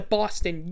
Boston